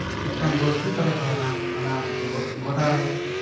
ᱢᱤᱫᱴᱟᱝ ᱜᱳᱞᱠᱤᱯᱟᱨᱮ ᱛᱟᱦᱮᱱᱟ ᱚᱱᱟ ᱜᱚᱰᱟᱨᱮ